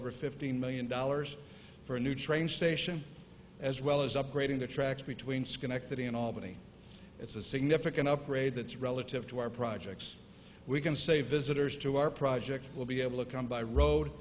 over fifteen million dollars for a new train station as well as upgrading the tracks between schenectady and albany it's a significant upgrade that's relative to our projects we can say visitors to our project will be able to come by road